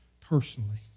personally